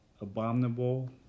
abominable